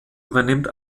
übernimmt